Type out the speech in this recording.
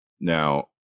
now